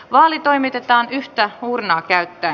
vaali toimitetaan yhtä uurnaa käyttäen